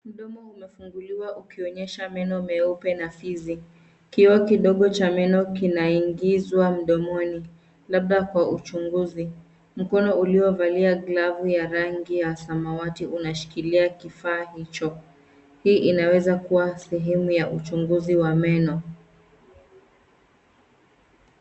Mdomo umefunguliwa ukionyesha meno meupe na fizi. Kioo kidogo cha meno kinaingizwa mdomoni, labda kwa uchunguzi. Mkono uliovalia glavu ya rangi ya samawati unashikilia kifaa hicho. Hii inaweza kuwa sehemu ya uchunguzi wa meno.